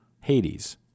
Hades